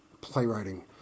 playwriting